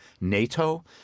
NATO